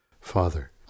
Father